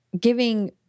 giving